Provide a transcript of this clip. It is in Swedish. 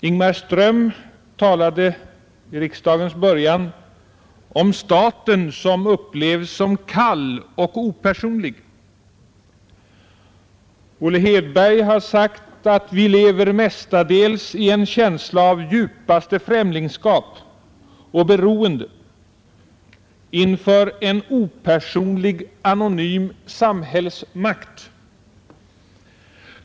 Ingmar Ström talade vid riksdagens början om staten som upplevs som kall och opersonlig. Olle Hedberg har sagt att vi lever mestadels i en känsla av djupaste främlingskap och beroende inför en opersonlig, anonym samhällsmakt.